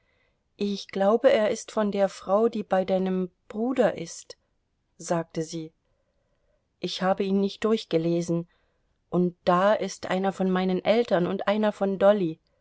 ich glaube er ist von der frau die bei deinem bruder ist sagte sie ich habe ihn nicht durchgelesen und da ist einer von meinen eltern und einer von dolly